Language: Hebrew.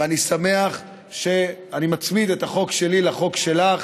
ואני שמח שאני מצמיד את החוק שלי לחוק שלך,